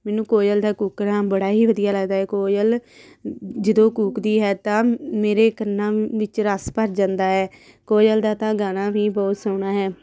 ਮੈਨੂੰ ਕੋਇਲ ਦਾ ਕੂਕਣਾ ਬੜਾ ਹੀ ਵਧੀਆ ਲੱਗਦਾ ਕੋਇਲ ਜਦੋਂ ਕੂਕਦੀ ਹੈ ਤਾਂ ਮੇਰੇ ਕੰਨਾਂ ਵਿੱਚ ਰਸ ਭਰ ਜਾਂਦਾ ਹੈ ਕੋਇਲ ਦਾ ਤਾਂ ਗਾਣਾ ਵੀ ਬਹੁਤ ਸੋਹਣਾ ਹੈ